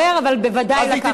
ואתם, אזרחי ישראל,